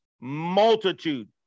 multitude